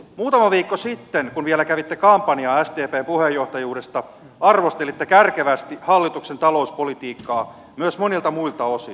muutama viikko sitten kun vielä kävitte kampanjaa sdpn puheenjohtajuudesta arvostelitte kärkevästi hallituksen talouspolitiikkaa myös monilta muilta osin